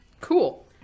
Cool